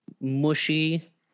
mushy